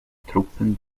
truppen